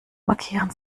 markieren